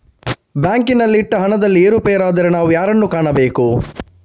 ಬ್ಯಾಂಕಿನಲ್ಲಿ ಇಟ್ಟ ಹಣದಲ್ಲಿ ಏರುಪೇರಾದರೆ ನಾವು ಯಾರನ್ನು ಕಾಣಬೇಕು?